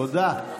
תודה.